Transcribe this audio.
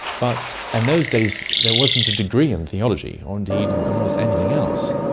but and those days there wasn't a degree in theology or indeed in almost anything else.